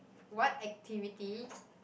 what activity